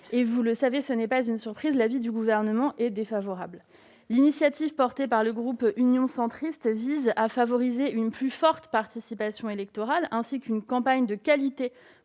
Vous le savez, ce n'est pas une surprise : l'avis du Gouvernement est défavorable. L'intention du groupe Union Centriste est de favoriser une plus forte participation électorale ainsi qu'une campagne de qualité